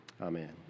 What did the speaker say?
Amen